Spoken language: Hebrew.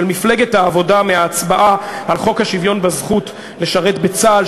של מפלגת העבודה מההצבעה על חוק השוויון בזכות לשרת בצה"ל,